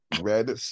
red